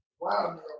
Wow